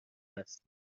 است